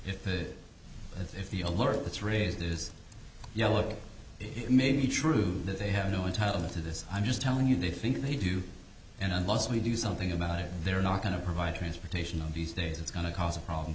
it if the alert that's raised is yellow it may be true that they have no entitle to this i'm just telling you they think they do and unless we do something about it they're not going to provide transportation on these days it's going to cause a problem